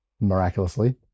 miraculously